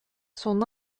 son